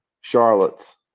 Charlotte's